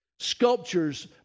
Sculptures